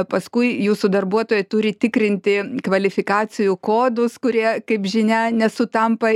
paskui jūsų darbuotojai turi tikrinti kvalifikacijų kodus kurie kaip žinia nesutampa